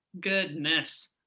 Goodness